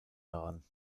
heran